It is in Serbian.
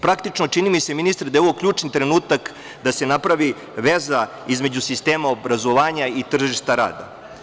Praktično, čini mi se, ministre, da je ovo ključni trenutak da se napravi veza između sistema obrazovanja i tržišta rada.